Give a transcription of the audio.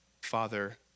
father